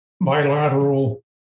bilateral